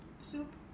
soup